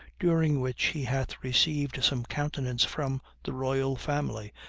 during which he hath received some countenance from the royal family,